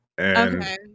Okay